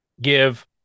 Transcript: Give